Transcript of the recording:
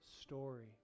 story